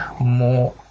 more